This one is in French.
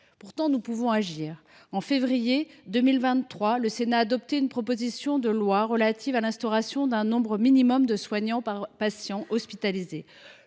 Pourtant, nous pouvons agir. En février 2023, le Sénat adoptait une proposition de loi relative à l’instauration d’un nombre minimum de soignants par patient hospitalisé.